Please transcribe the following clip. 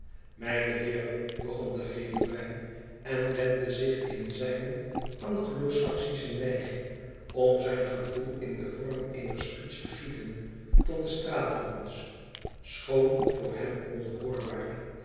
mijne heeren begon de cherubijn en wendde zich in zijne anglosaksische neiging om zijn gevoel in den vorm eener speech te gieten tot de straatjongens schoon voor hen